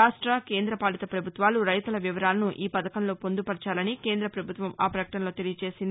రాష్ట్ర కేంద్రపాలిత పభుత్వాలు రైతుల వివరాలను ఈ పధకంలో పొందుపరచాలని కేంద్రపభుత్వం ఆ ప్రకటనలో తెలియ చేసింది